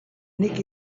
nik